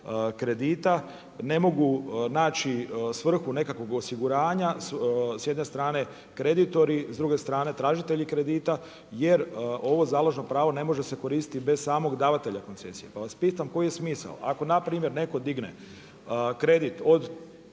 kredita ne mogu naći svrhu nekakvog osiguranja, s jedne strane kreditori, s druge strane tražitelji kredita, jer ovo založno pravo ne može se koristiti bez samog davatelja koncesija. Pa vas pitam koji je smisao? Ako npr. netko digne kredit od